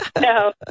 No